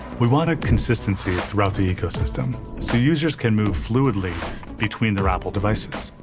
we wanted consistency throughout the ecosystem, so users can move fluidly between their apple devices.